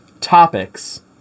topics